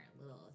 little